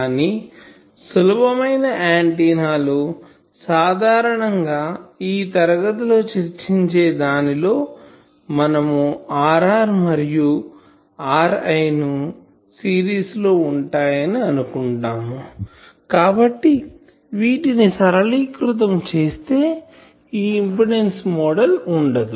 కానీ సులభమైన ఆంటిన్నా లో సాధారణం గా ఈ తరగతిలో చర్చించే దానిలో మనము Rr మరియు RI ను సిరీస్ లో ఉంటాయని అనుకుంటాము కాబట్టి వీటిని సరళీకృతం చేస్తే ఈ ఇంపిడెన్సు మోడల్ ఉండదు